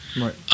right